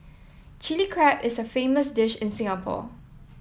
Chilli Crab is a famous dish in Singapore